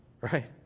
right